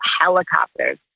helicopters